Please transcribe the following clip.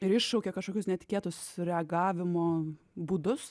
ir iššaukia kažkokius netikėtus reagavimo būdus